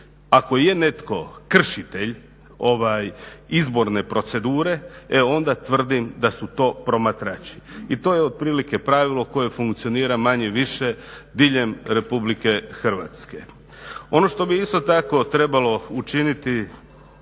ako je netko kršitelj izborne procedure onda tvrdim da su to promatrači i to je otprilike pravilo koje funkcionira manje-više diljem Republike Hrvatske. Ono što bi isto tako trebalo učiniti,